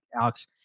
Alex